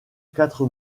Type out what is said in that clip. quatre